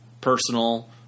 personal